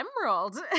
Emerald